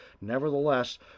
nevertheless